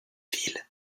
ville